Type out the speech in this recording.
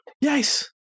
yes